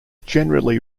generally